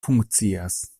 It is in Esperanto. funkcias